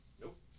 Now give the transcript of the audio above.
Nope